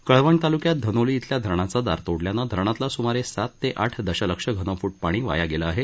कळवण ताल्क्यात धनोली इथल्या धरणाचं दार तोडल्यानं धरणातलं सुमारे सात ते आठ दशलक्ष घनफूट पाणी वाया गेलं आहे